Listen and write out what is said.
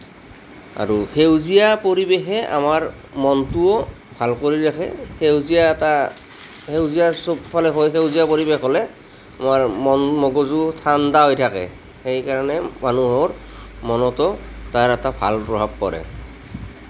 আৰু সেউজীয়া পৰিৱেশে আমাৰ মনটো ভাল কৰি ৰাখে সেউজীয়া এটা সেউজীয়া সবফালে হৈ সেউজীয়া পৰিৱেশ হ'লে আমাৰ মন মগজু ঠাণ্ডা হৈ থাকে সেইকাৰণে মানুহৰ মনতো তাৰ এটা ভাল প্ৰভাৱ পৰে